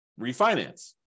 refinance